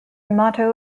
motto